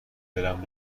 دلم